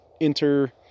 enter